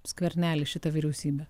skvernelį šitą vyriausybę